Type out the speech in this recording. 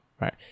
right